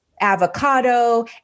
avocado